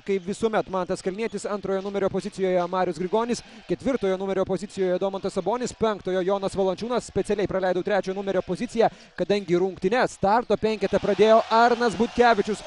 kaip visuomet mantas kalnietis antrojo numerio pozicijoje marius grigonis ketvirtojo numerio pozicijoje domantas sabonis penktojo jonas valančiūnas specialiai praleidau trečiojo numerio poziciją kadangi rungtynes starto penkete pradėjo arnas butkevičius